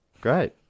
Great